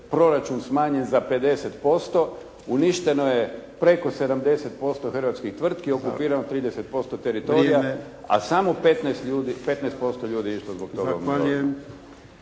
proračun smanjen za 50%. Uništeno je preko 70% hrvatskih tvrtki, okupirano 30% teritorija, a samo 15 ljudi, 15% ljudi išlo zbog toga